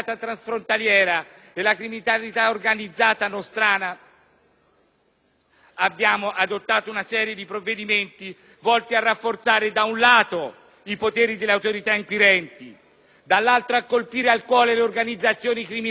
abbiamo adottato una serie di provvedimenti volti a rafforzare da un lato i poteri delle autorità inquirenti, dall'altro a colpire al cuore le organizzazioni criminali aggredendole nei loro patrimoni, più efficacemente